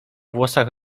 włosach